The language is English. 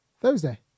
Thursday